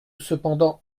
cependant